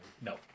No